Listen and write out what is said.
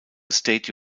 state